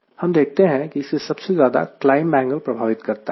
हम देखते हैं कि इससे सबसे ज्यादा क्लाइंब एंगल प्रभावित करता है